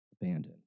abandoned